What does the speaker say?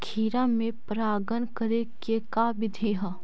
खिरा मे परागण करे के का बिधि है?